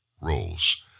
roles